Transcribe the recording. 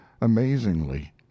amazingly